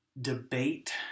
debate